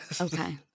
Okay